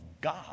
God